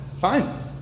fine